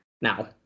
Now